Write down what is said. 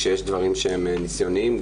כשיש דברים שהם ניסיוניים.